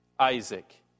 Isaac